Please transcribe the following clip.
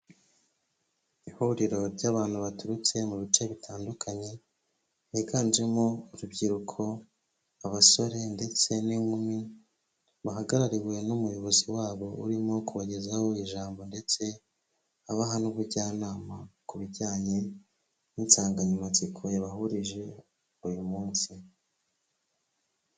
Ihuriro ry'abantu baturutse mu bice bitandukanye biganjemo urubyiruko, abasore ndetse n'inkumi, bahagarariwe n'umuyobozi wabo urimo kubagezaho ijambo ndetse abaha n'ubujyanama ku bijyanye n'insanganyamatsiko yabahurije uyu munsi.